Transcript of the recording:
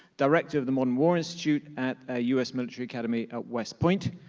director of the modern war institute at ah u s. military academy at west point,